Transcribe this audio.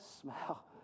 smell